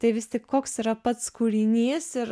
tai vis tik koks yra pats kūrinys ir